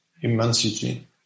immensity